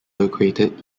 located